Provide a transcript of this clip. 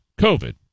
COVID